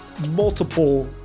multiple